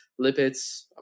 lipids